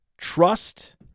Trust